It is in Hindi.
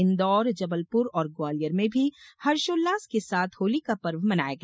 इंदौर जबलपुर और ग्वालियर में भी हर्षोल्लास के साथ होली का पर्व मनाया गया